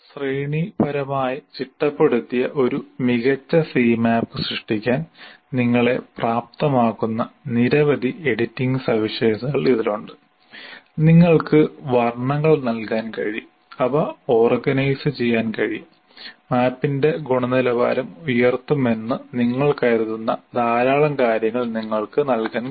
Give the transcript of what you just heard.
ശ്രേണിപരമായി ചിട്ടപ്പെടുത്തിയ ഒരു മികച്ച Cmap സൃഷ്ടിക്കാൻ നിങ്ങളെ പ്രാപ്തമാക്കുന്ന നിരവധി എഡിറ്റിംഗ് സവിശേഷതകൾ ഇതിലുണ്ട് നിങ്ങൾക്ക് വർണ്ണങ്ങൾ നൽകാൻ കഴിയും അവ ഓർഗനൈസ് ചെയ്യാൻ കഴിയും മാപ്പിൻറെ ഗുണനിലവാരം ഉയർത്തുമെന്ന് നിങ്ങൾ കരുതുന്ന ധാരാളം കാര്യങ്ങൾ നിങ്ങൾക്ക് നൽകാൻ കഴിയും